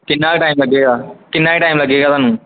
ਕਿੰਨਾ ਕੁ ਟਾਈਮ ਲੱਗੇਗਾ ਕਿੰਨਾ ਕੁ ਟਾਈਮ ਲੱਗੇਗਾ ਤੁਹਾਨੂੰ